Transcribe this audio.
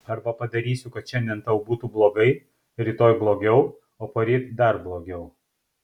arba padarysiu kad šiandien tau būtų blogai rytoj blogiau o poryt dar blogiau